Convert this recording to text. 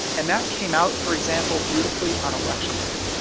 and that came out, for example, beautifully on election day.